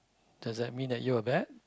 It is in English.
does that mean that you are bad